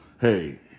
hey